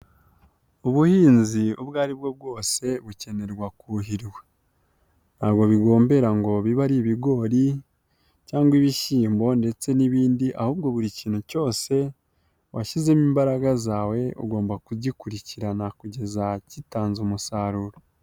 Ubuhinzi ubwo aribwo bwose bukenerwa kuwuhiriwa, ntabwo bigombera ngo bibe ari ibigori cyangwa ibishyimbo ndetse n'ibindi, ahubwo buri kintu cyose washyizemo imbaraga zawe ugomba kugikurikirana kugeza gitanze umusaruro.